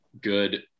good